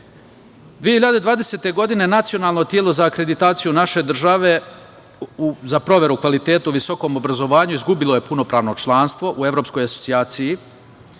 2020. nacionalno telo za akreditaciju naše države za proveru kvaliteta u visokom obrazovanju izgubilo je punopravno članstvo u evropskoj asocijaciji